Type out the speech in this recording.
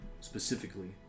specifically